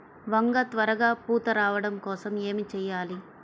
వంగ త్వరగా పూత రావడం కోసం ఏమి చెయ్యాలి?